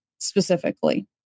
specifically